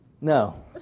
No